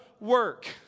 work